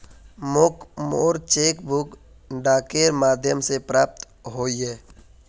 मोक मोर cheque book डाकेर माध्यम से प्राप्त होइए